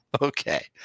Okay